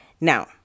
now